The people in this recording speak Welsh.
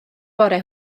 bore